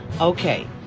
Okay